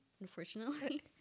unfortunately